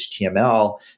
HTML